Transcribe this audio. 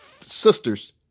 sisters